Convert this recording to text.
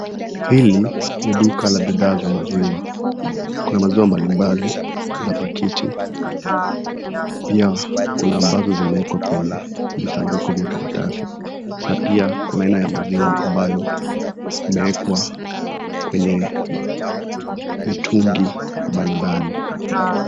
Hili ni duka la bidhaa za maziwa, kuna maziwa mbalimbali, za pakiti pia kuna ambazo zimewekwa kwenye visanduku vya karatasi na pia kuna aina ya maziwa ambayo imewekwa kwenye mitungi mbalimbali.